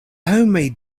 homemade